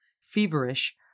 feverish